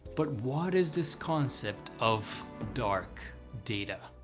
but what is this concept of dark data?